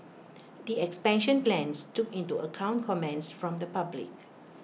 the expansion plans took into account comments from the public